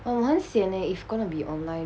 oh 我很 sian leh if gonna be online